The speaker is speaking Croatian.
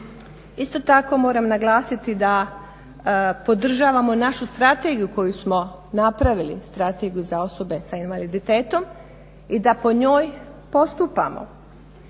Isto tako moram naglasiti da podržavamo našu strategiju koju smo napravili, Strategiju za osobe s invaliditetom i da po njoj postupamo.